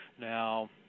now